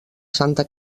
santa